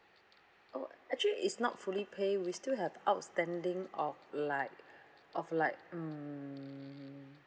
oh actually is not fully pay we still have outstanding of like of like mm